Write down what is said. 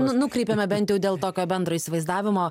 nu nukreipiame bent jau dėl tokio bendro įsivaizdavimo